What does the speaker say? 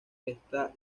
esta